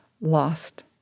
lost